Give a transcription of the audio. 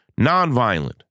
nonviolent